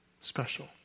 Special